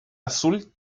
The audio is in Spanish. azul